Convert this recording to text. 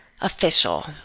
Official